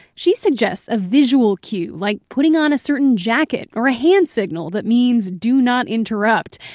she suggests a visual cue, like putting on a certain jacket or a hand signal that means do not interrupt.